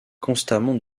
constamment